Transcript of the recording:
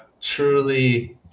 truly